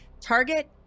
Target